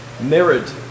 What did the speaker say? mirrored